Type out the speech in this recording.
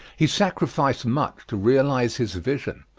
he sacrificed much to realize his vision.